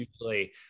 usually